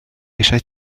eisiau